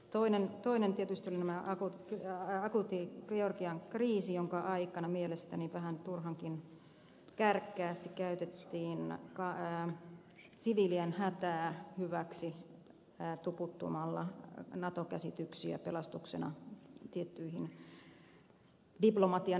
toinen syy tietysti oli akuutti georgian kriisi jonka aikana mielestäni vähän turhankin kärkkäästi käytettiin siviilien hätää hyväksi tuputtamalla nato käsityksiä pelastuksena tiettyihin diplomatian epäonnistumisiin